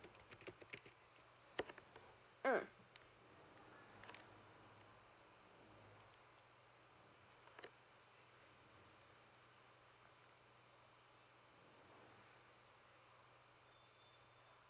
mm